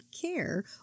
care